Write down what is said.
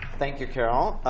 thank you, carol.